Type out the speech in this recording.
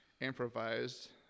improvised